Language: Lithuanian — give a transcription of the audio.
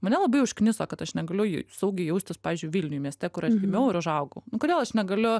mane labai užkniso kad aš negaliu ju saugiai jaustis pavyzdžiui vilniuj mieste kur aš gimiau ir užaugau nu kodėl aš negaliu